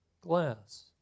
glass